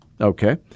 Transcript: Okay